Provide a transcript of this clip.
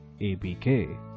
abk